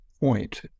point